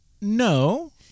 No